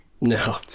No